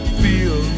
feel